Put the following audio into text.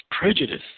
prejudice